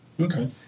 Okay